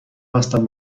هستن